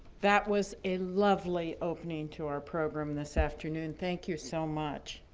that was a lovely opening to our program this afternoon. thank you so much.